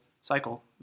cycle